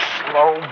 slow